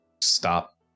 stop